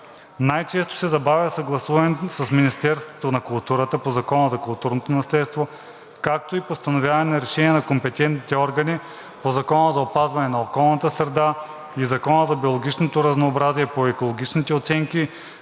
Най-често се забавя съгласуването с Министерството на културата по Закона за културното наследство, както и постановяване на решенията на компетентните органи по Закона за опазване на околната среда и Закона за биологичното разнообразие по екологичните оценки,